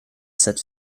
set